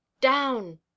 down